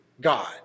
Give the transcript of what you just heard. God